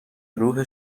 روح